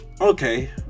okay